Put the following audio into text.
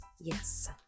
Yes